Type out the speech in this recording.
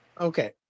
Okay